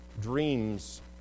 dreams